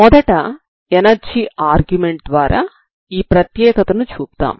మొదట energy argument ద్వారా ఈ ప్రత్యేకతను చూపుతాము